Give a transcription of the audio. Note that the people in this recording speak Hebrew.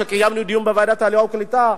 כשקיימנו דיון בוועדת העלייה והקליטה,